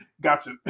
Gotcha